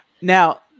Now